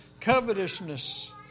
covetousness